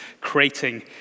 creating